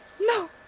No